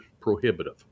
prohibitive